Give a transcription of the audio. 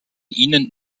ihnen